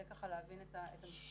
זה כדי להבין את המספרים.